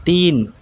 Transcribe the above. تین